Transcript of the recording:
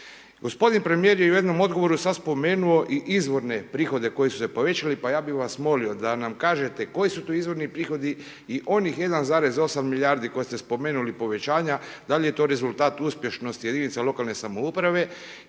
Gospodin premijer je u jednom odgovoru sad spomenuo i izvorne prihode koji su se povećali pa ja bih vas molio da nam kažete koji su to izvorni prihodi i onih 1,8 milijardi koje ste spomenuli povećanja da li je to rezultat uspješnosti jedinica lokalne samouprave